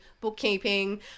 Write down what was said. bookkeeping